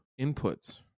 inputs